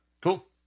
cool